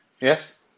Yes